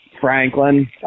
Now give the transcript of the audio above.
Franklin